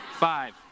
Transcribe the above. Five